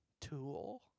Tool